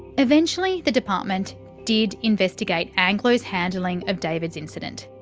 eventually the department did investigate anglo's handling of david's incident.